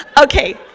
okay